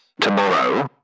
tomorrow